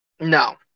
No